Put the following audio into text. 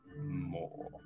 more